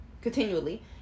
Continually